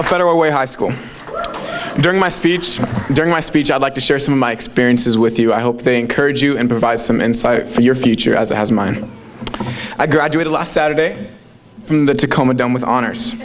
of federal way high school during my speech during my speech i'd like to share some of my experiences with you i hope think courage you and provides some insight for your future as as mine i graduated last saturday from the tacoma done with honors